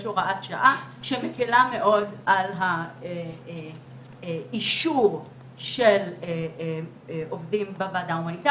יש את הוראת השעה שמקלה מאוד על האישור של עובדים בוועדה ההומניטארית,